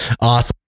awesome